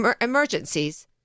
emergencies